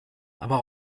aber